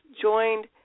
joined